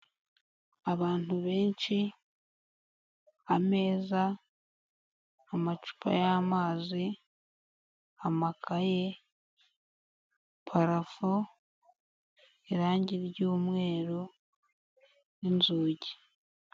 Abantu benshi, ameza, amacupa y'amazi, amakaye, parafo, irangi ryumweru n'inzugi.